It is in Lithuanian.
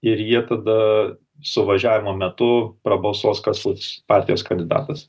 ir jie tada suvažiavimo metu prabalsuos kas las partijos kandidatas